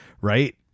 right